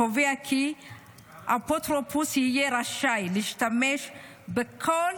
הקובע כי אפוטרופוס יהיה רשאי להשתמש בכל